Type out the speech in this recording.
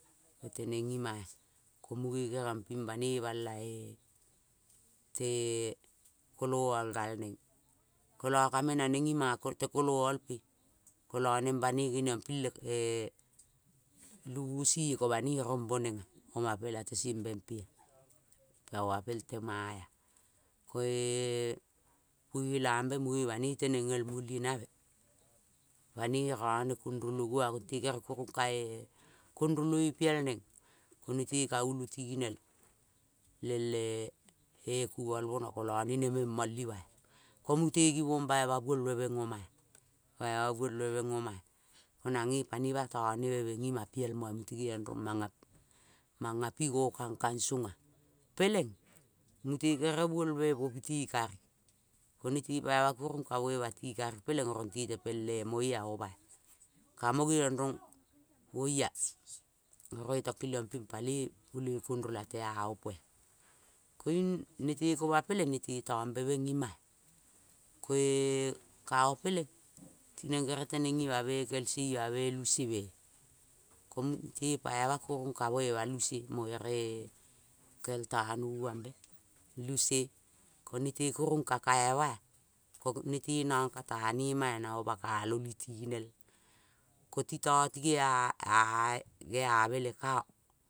Kateneng imaea, ko munge geniongping bane balaete kolol galneng kolo kamenaneng ima ko te kololmpe. Kolo neng bane lee bubusie kobanoi rombonengoma pela tesembempea taoma peltemaea. Koe-e puelambe munge banei tenengele guminambe, banoi rone kenroloi oma kong te kerekurungkae kenroloi piel neng, ko rete kaulu tinel lel ee kumolmono. Kolo ne neme mol ima. Komute girong baima buol be meng oma, mo nangema panima tone be meng ima piel moea mute geiongrong mangwa pigo kangkang seng a. Pelang mute gerel buol be po piti kari. Ko nete poima kurung kam ima tikan peleng oro tetepel oro tetepel moeoma kamo geiong rong oia ko io to paloi puoloi konrola tea opea. Koing nete koma peleng nete tombe meng imaea. Koe, kao peleng ti neng gerel teneng imame kelse ima me luseme. Komute pai ma kunng kaka ima, ko nete nongka tanemaea namo bakalo lutinelea. Koti to kia ea geabele kao